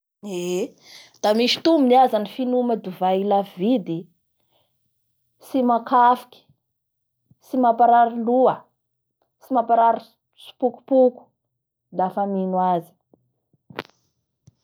Eeee! da misy tombony aza ny finoma dovay lafo vidy, tsy makafoky, tsy mamaparary loha, tsy mamapraray tsipokopokolafa mino azy.